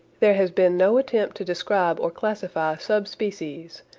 there has been no attempt to describe or classify sub-species.